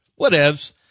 Whatevs